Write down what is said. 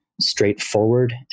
straightforward